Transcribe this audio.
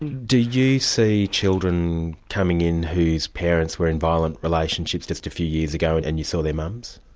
do you see children coming in whose parents were in violent relationships just a few years ago and and you saw their mums?